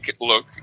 look